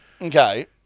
Okay